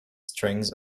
strings